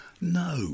No